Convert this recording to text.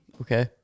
Okay